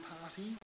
party